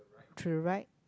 to the right